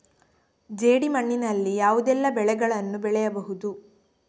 ಜೇಡಿ ಮಣ್ಣಿನಲ್ಲಿ ಯಾವುದೆಲ್ಲ ಬೆಳೆಗಳನ್ನು ಬೆಳೆಯಬಹುದು?